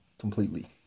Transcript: completely